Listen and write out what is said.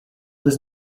was